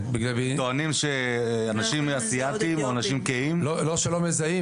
טוענים שאנשים אסייתים או אנשים כהים --- לא שלא מזהים,